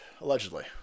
allegedly